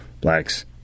blacks